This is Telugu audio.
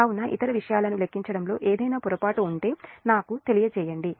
కాబట్టి ఇతర విషయాలను లెక్కించడంలో ఏదైనా పొరపాటు ఉంటే నాకు తెలియజేయండి